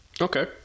okay